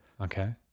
Okay